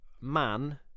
man